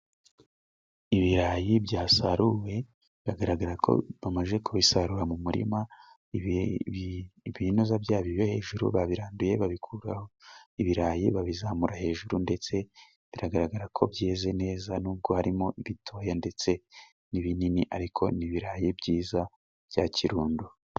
Ibirayi byasaruwe, biragaragara ko bamaze kubisarura mu murima, ibintuza byabyo byo hejuru babiranduye babikuraho. Ibirayi babizamura hejuru, ndetse biragaragara ko byeze neza, nubwo harimo ibitoya ndetse n'ibinini ariko ni ibirayi byiza bya Kirundo.